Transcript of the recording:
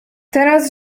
teraz